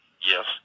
Yes